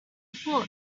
foot